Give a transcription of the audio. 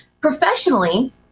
Professionally